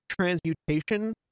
transmutation